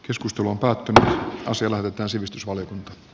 keskustelu katu on selvää että sivistys wole